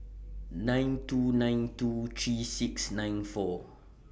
nine two nine two three six nine four